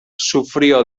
sufrió